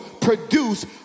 produce